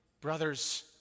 brothers